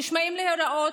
נשמעים להוראות,